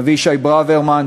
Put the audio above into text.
אבישי ברוורמן,